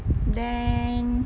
then